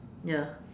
ya